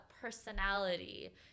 personality